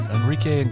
Enrique